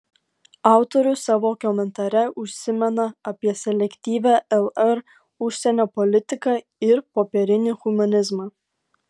autorius savo komentare užsimena apie selektyvią lr užsienio politiką ir popierinį humanizmą